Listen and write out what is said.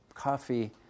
coffee